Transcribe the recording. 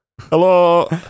Hello